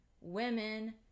Women